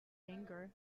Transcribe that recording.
bangor